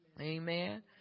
Amen